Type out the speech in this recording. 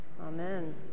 Amen